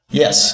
yes